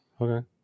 Okay